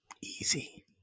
Easy